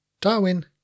Darwin